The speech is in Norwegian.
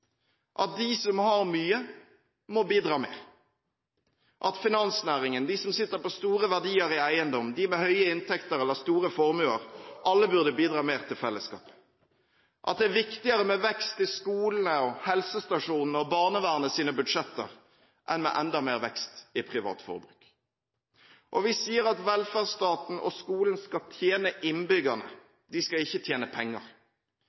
At de som har mye, må bidra mer, at finansnæringen, de som sitter på store verdier i eiendom, de med høye inntekter eller store formuer, alle burde bidra mer til fellesskapet, at det er viktigere med vekst i skolenes, helsestasjonenes og barnevernets budsjetter enn med enda mer vekst i privat forbruk. Og vi sier at velferdsstaten og skolen skal tjene innbyggerne, de skal ikke tjene penger.